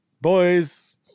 boys